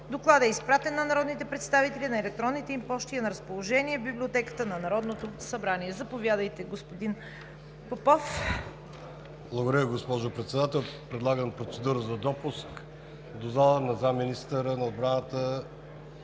Докладът е изпратен на народните представители на електронните им пощи и е на разположение в Библиотеката на Народното събрание. Заповядайте, господин Попов. ДОКЛАДЧИК КОНСТАНТИН ПОПОВ: Благодаря, госпожо Председател. Предлагам процедура за допуск до залата на заместник министъра на отбраната